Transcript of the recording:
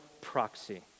proxy